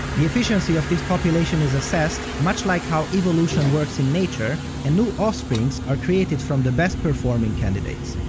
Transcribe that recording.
the efficiency of this population is assessed, much like how evolution works in nature, and new offsprings are created from the best performing candidates.